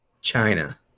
China